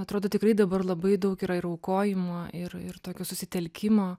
atrodo tikrai dabar labai daug yra ir aukojimo ir ir tokio susitelkimo